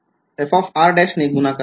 fr ने गुणाकार करा